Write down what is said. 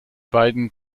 beiden